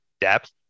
depth